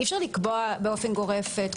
אי אפשר לקבוע באופן גורף.